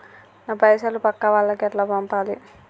నా పైసలు పక్కా వాళ్లకి ఎట్లా పంపాలి?